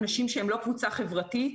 בבקשה.